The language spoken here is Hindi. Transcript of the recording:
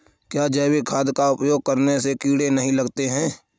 क्या जैविक खाद का उपयोग करने से कीड़े नहीं लगते हैं?